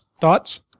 thoughts